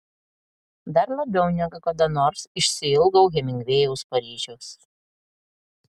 dar labiau negu kada nors išsiilgau hemingvėjaus paryžiaus